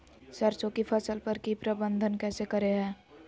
सरसों की फसल पर की प्रबंधन कैसे करें हैय?